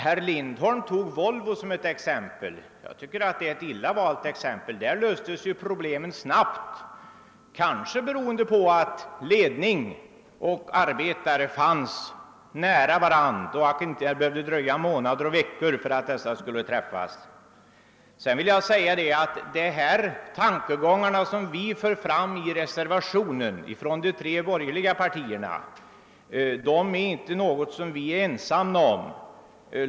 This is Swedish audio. Herr' Lindholm anförde Volvo som ett exempel. Det tycker jag var ett illa valt exempel; där löstes problemen snabbt, kanske beroende på att ledning och arbetare fanns nära varandra så att det inte behövde dröja veckor och månader innan de träffades. | De tankar som representanter för de tre borgerliga partierna för fram i reservationen är vi inte ensamma om.